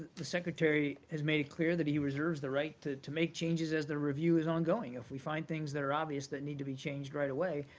the secretary has made it clear that he reserves the right to to make changes as the review is ongoing. if we find things that are obvious that need to be changed right away,